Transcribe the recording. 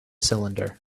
cylinder